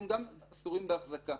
הם גם אסורים בהחזקה.